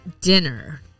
dinner